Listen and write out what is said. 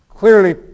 Clearly